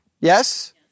Yes